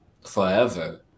forever